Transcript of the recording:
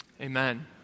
Amen